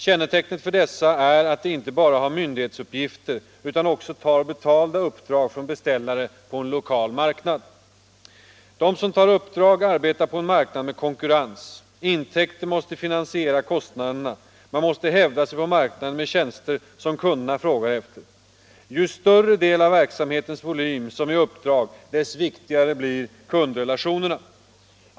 Kännetecknet för dessa är att de inte bara har myndighetsuppgifter utan också tar betalda uppdrag från beställare på en lokal marknad. De som tar uppdrag arbetar på en marknad med konkurrens, intäkter måste finansiera kostnaderna, man måste hävda sig på marknaden med tjänster som kunderna frågar efter. Ju större del av verksamhetens volym som är uppdrag dess viktigare blir kundrelationerna.